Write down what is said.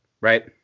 right